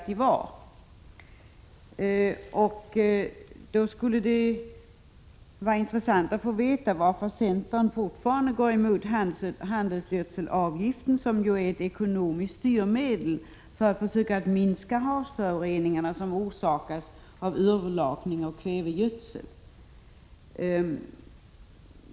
Det skulle mot den bakgrunden vara intressant att få veta varför centern fortfarande går emot handelsgödselavgiften, som är ett ekonomiskt styrmedel med vars hjälp man skall försöka minska de havsföroreningar som orsakas genom urlakning och av kvävegödsel.